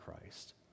Christ